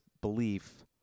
belief